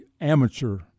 amateur